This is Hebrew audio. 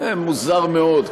מוזר מאוד,